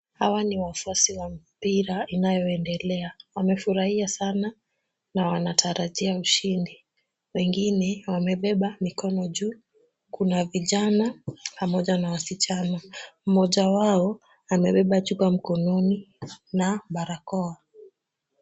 Hawa ni wafuasi wa mpira inayoendelea. Wamefurahia sana na wanatarajia ushindi. Wengine wamebeba mikono juu, kuna vijana pamoja na wasichana. Mmoja wao amebeba chupa mkononi na barakoa.